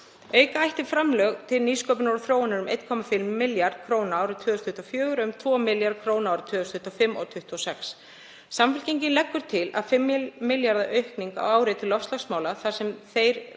Auka ætti framlög til nýsköpunar og þróunar um 1,5 milljarða kr. árið 2024, um 2 milljarða kr. árin 2025 og 2026. Samfylkingin leggur til 5 milljarða aukningu á ári til loftslagsmála þar sem þeir